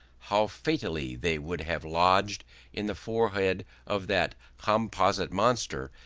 how fatally they would have lodged in the forehead of that composite monster,